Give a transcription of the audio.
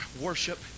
worship